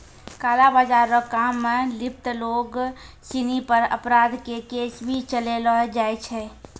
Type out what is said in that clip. काला बाजार रो काम मे लिप्त लोग सिनी पर अपराध के केस भी चलैलो जाय छै